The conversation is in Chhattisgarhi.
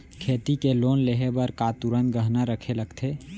खेती के लोन लेहे बर का तुरंत गहना रखे लगथे?